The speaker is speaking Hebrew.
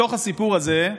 בתוך הסיפור הזה,